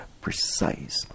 precise